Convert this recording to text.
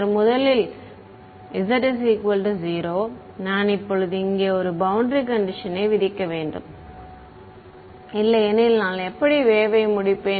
எனவே முதலில் z 0 நான் இப்போது இங்கே ஒரு பௌண்டரி கண்டிஷனை விதிக்க வேண்டும் இல்லையெனில் நான் எப்படி வேவ்வை முடிப்பேன்